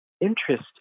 interest